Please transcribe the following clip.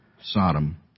Sodom